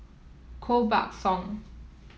Koh Buck Song